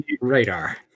Radar